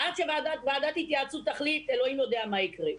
עד שוועדת התייעצות תחליט אלוהים יודע מה יקרה.